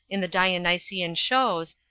in the dionysian shows,